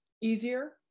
easier